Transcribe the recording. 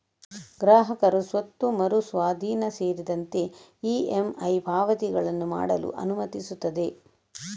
ಗ್ರಾಹಕರು ಸ್ವತ್ತು ಮರು ಸ್ವಾಧೀನ ಸೇರಿದಂತೆ ಇ.ಎಮ್.ಐ ಪಾವತಿಗಳನ್ನು ಮಾಡಲು ಅನುಮತಿಸುತ್ತದೆ